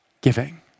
giving